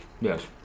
Yes